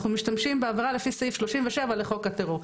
אנחנו משתמשים בעבירה לפי סעיף 37 לחוק הטרור,